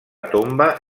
tomba